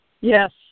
Yes